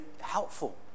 helpful